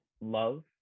love